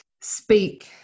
speak